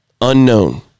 unknown